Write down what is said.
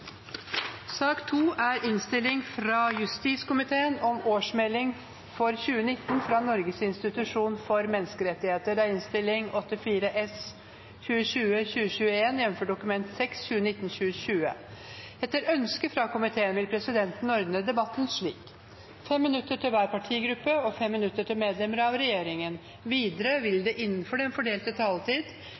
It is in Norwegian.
sak nr. 4. Etter ønske fra justiskomiteen vil presidenten ordne debatten slik: 5 minutter til hver partigruppe og 5 minutter til medlemmer av regjeringen. Videre vil det – innenfor den fordelte taletid